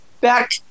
back